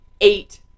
eight